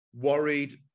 worried